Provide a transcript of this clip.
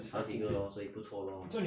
five figure lor 所以不错 lor